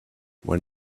when